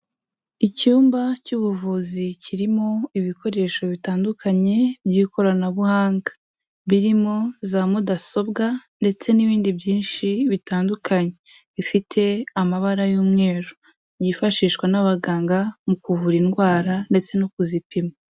Icyumba cy'ubuvuzi kirimo ibikoresho bitandukanye by'ikoranabuhanga, birimo za Mudasobwa, ndetse n'ibindi byinshi bitandukanye, bifite amabara y'umweru, byifashishwa n'abaganga mu kuvura indwara ndetse no kuzipima.